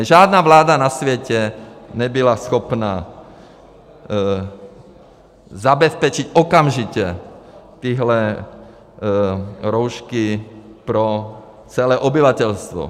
Žádná vláda na světě nebyla schopna zabezpečit okamžitě tyhle roušky pro celé obyvatelstvo.